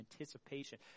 anticipation